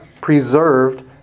preserved